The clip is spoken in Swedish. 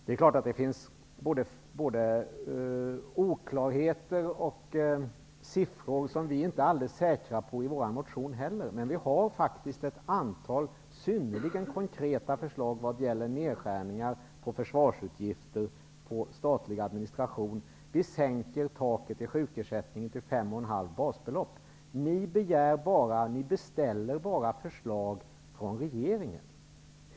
Självfallet finns det både oklarheter och siffror, som vi inte är alldeles säkra på heller i Vänsterpartiets motioner. Men vi har faktiskt ett antal synnerligen konkreta förslag vad gäller nedskärningar av försvarsutgifter och av statlig administration. Vi sänker taket till sjukersättning till fem och ett halvt basbelopp. Men ni beställer bara förslag från regeringen.